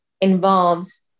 involves